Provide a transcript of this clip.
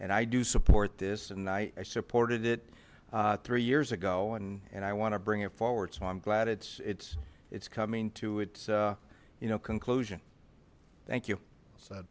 and i do support this and i supported it three years ago and and i want to bring it forward so i'm glad it's it's it's coming to its you know conclusion thank you